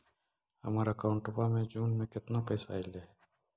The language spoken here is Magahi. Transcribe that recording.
हमर अकाउँटवा मे जून में केतना पैसा अईले हे?